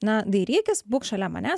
na dairykis būk šalia manęs